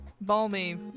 balmy